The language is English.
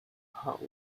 hot